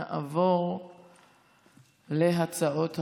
נעבור להצעות החוק.